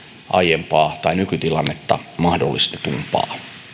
aiempaa tai nykytilannetta mahdollistetumpaa